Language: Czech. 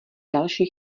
další